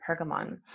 Pergamon